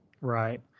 Right